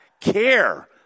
care